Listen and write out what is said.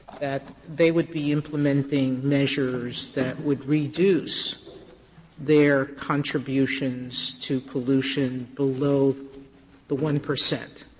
that they would be implementing measures that would reduce their contributions to pollution below the one percent.